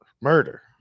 murder